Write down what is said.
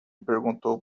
perguntou